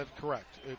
correct